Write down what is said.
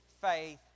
faith